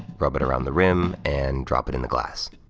rub it around the rim, and drop it in the glass.